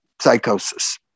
psychosis